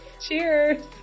Cheers